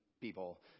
people